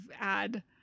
add